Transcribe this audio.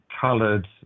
coloured